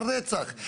על רצח.